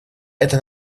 это